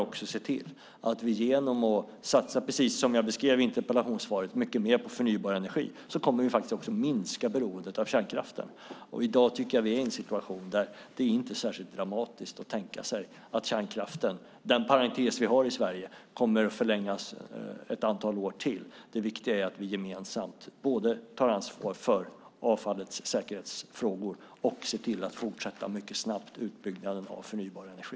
Och genom att satsa, precis som jag beskrev i interpellationssvaret, mycket mer på förnybar energi kommer vi faktiskt också att minska beroendet av kärnkraften. I dag tycker jag att vi är i en situation där det inte är särskilt dramatiskt att tänka sig att kärnkraften, den parentes vi har i Sverige, kommer att förlängas ett antal år till. Det viktiga är att vi gemensamt tar ansvar för avfallets säkerhetsfrågor och ser till att mycket snabbt fortsätta utbyggnaden av förnybar energi.